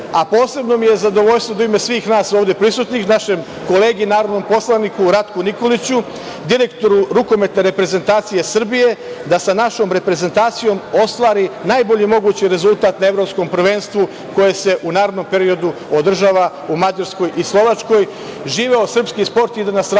a posebno mi je zadovoljstvo da u ime svih nas ovde prisutnih našem kolegi narodnom poslaniku Ratku Nikoliću, direktoru Rukometne reprezentacije Srbije, da sa našom reprezentacijom, ostvari najbolji mogući rezultat na Evropskom prvenstvu koje se u narednom periodu održava u Mađarskoj i Slovačkoj, i živeo srpski sport i da nas raduje